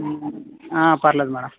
ఆ పర్లేదు మేడం